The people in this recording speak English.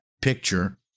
picture